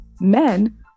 men